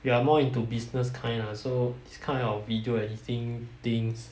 you are more into business kind lah so this kind of video editing things